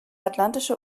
atlantische